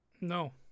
No